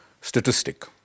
statistic